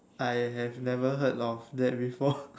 I have never heard of that before